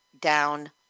down